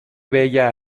bella